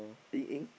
Ying Ying